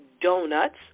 donuts